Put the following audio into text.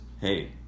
hey